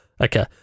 Okay